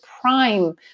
prime